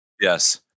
yes